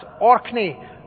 Orkney